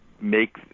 Make